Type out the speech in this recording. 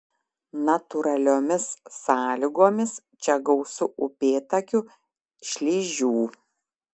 natūraliomis sąlygomis čia gausu upėtakių šlyžių